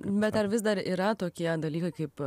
bet ar vis dar yra tokie dalykai kaip